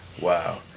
Wow